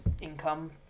income